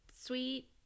Sweet